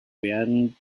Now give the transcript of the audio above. werden